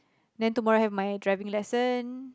then tomorrow I have my driving lesson